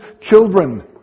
children